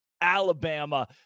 Alabama